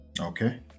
Okay